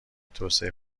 توسعه